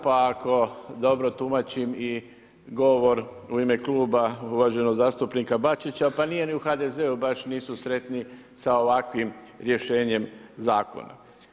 Pa ako dobro tumačim i govor u ime kluba uvaženog zastupnika Bačića, pa nije ni u HDZ-u, baš nisu sretni sa ovakvim rješenjem zakona.